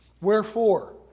Wherefore